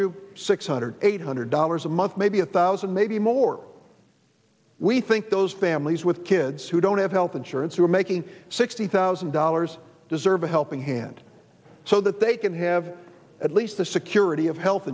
you six hundred eight hundred dollars a month maybe a thousand maybe more we think those families with kids who don't have health insurance who are making sixty thousand dollars deserve a helping hand so that they can have at least the security of health